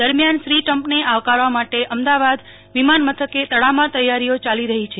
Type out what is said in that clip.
દરમિયાન શ્રી ટ્રમ્પને આવકારવા માટે અમદાવાદ વિમાનમથકે તડામાર તેયારીઓ ચાલી રહી છે